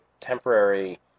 temporary